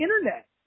Internet